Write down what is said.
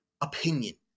opinion